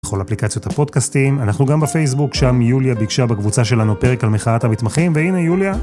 בכל אפליקציות הפודקסטים, אנחנו גם בפייסבוק, שם יוליה ביקשה בקבוצה שלנו פרק על מחאת המתמחים, והנה יוליה.